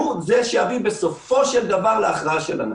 שהוא שיביא בסופו של דבר להכרעה של הנגיף.